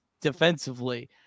defensively